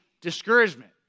discouragement